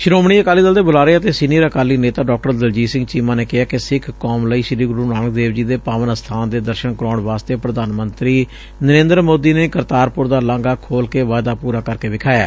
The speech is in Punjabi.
ਸ਼ੋਮਣੀ ਅਕਾਲੀ ਦਲ ਦੇ ਬੁਲਾਰੇ ਅਤੇ ਸੀਨੀਅਰ ਅਕਾਲੀ ਨੇਤਾ ਡਾਕਟਰ ਦਲਜੀਤ ਸਿੰਘ ਚੀਮਾ ਨੇ ਕਿਹੈ ਕਿ ਸਿੱਖ ਕੌਮ ਲਈ ਸ੍ਰੀ ਗੁਰੁ ਨਾਨਕ ਦੇਵ ਜੀ ਦੇ ਪਾਵਨ ਅਸਬਾਨ ਦੇ ਦਰਸ਼ਨ ਕਰਾਉਣ ਵਾਸਤੇ ਪ੍ਰਧਾਨ ਮੰਤਰੀ ਨਰਿੰਦਰ ਮੋਦੀ ਨੇ ਕਰਤਾਰਪੁਰ ਦਾ ਲਾਘਾ ਖੋਲੁ ਕੇ ਵਾਇਦਾ ਪੂਰਾ ਕਰਕੇ ਦਿਖਾਇਐ